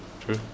True